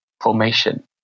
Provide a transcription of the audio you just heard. formation